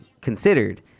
considered